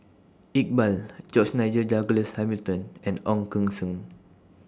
Iqbal George Nigel Douglas Hamilton and Ong Keng Sen